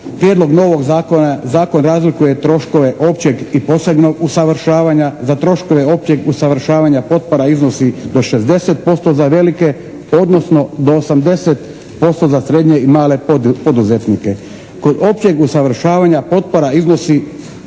Prijedlog novog zakona, zakon razlikuje troškove općeg i posebnog usavršavanja. Za troškove općeg usavršavanja potpora iznosi do 60% za velike, odnosno do 80% za srednje i male poduzetnike. Kod općeg usavršavanja potpora iznosi